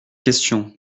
questions